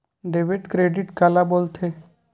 Debit credit काला बोल थे?